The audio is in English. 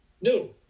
new